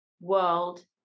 world